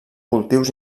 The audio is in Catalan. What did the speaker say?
cultius